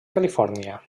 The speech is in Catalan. califòrnia